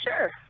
Sure